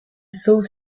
sauve